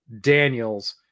Daniels